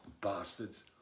bastards